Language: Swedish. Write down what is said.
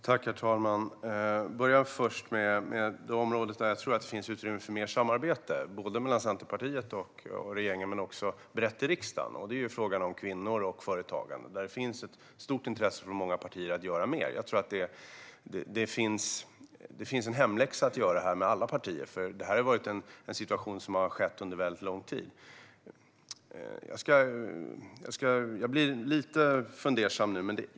Herr talman! Jag börjar med det område där jag tror att det finns utrymme för mer samarbete mellan Centerpartiet och regeringen men också brett i riksdagen. Det är frågan om kvinnor och företagande. Där finns det ett stort intresse från många partier av att göra mer. Jag tror att det finns en hemläxa att göra för alla partier, för detta är en situation som har funnits under en väldigt lång tid. Jag blir lite fundersam nu.